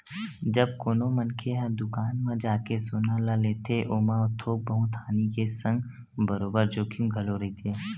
जब कोनो मनखे ह दुकान म जाके सोना ल लेथे ओमा थोक बहुत हानि के संग बरोबर जोखिम घलो रहिथे